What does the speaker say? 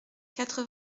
quatre